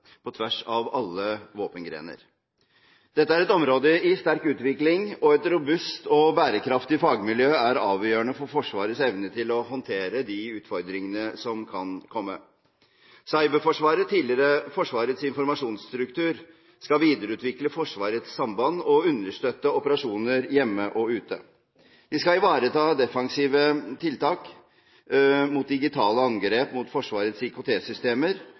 på tvers av alle våpengrener. Dette er et område i sterk utvikling, og et robust og bærekraftig fagmiljø er avgjørende for Forsvarets evne til å håndtere de utfordringene som kan komme. Cyberforsvaret – tidligere Forsvarets informasjonsstruktur – skal videreutvikle Forsvarets samband og understøtte operasjoner hjemme og ute. De skal ivareta defensive tiltak mot digitale angrep mot Forsvarets